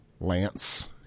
Lance